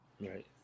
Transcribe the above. right